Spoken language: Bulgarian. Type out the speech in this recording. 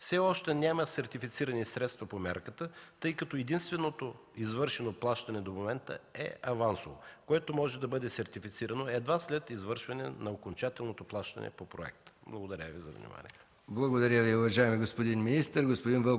Все още няма сертифицирани средства по мярката, тъй като единственото извършено плащане до момента е авансово, което може да бъде сертифицирано едва след извършване на окончателното плащане по проекта. Благодаря. ПРЕДСЕДАТЕЛ МИХАИЛ МИКОВ: Благодаря, уважаеми господин министър.